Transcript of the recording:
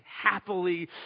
happily